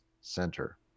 center